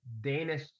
Danish